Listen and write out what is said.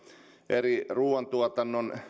eri ruuantuotannon